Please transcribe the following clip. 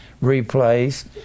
replaced